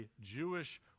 Jewish